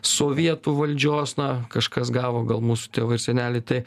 sovietų valdžios na kažkas gavo gal mūsų tėvai ir seneliai tai